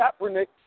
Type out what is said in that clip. Kaepernick